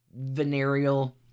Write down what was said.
venereal